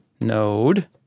node